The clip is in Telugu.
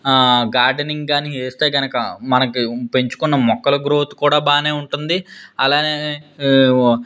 గార్డెనింగ్కి కానీ వేస్తే కనుక మనకి పెంచుకున్న మొక్కల గ్రోత్ కూడా బాగానే ఉంటుంది అలాగే